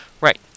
Right